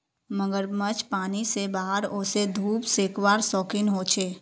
मगरमच्छ पानी से बाहर वोसे धुप सेकवार शौक़ीन होचे